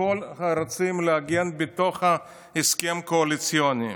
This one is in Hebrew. רוצים לעגן הכול בתוך ההסכם הקואליציוני.